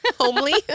homely